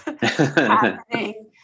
happening